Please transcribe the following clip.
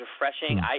refreshing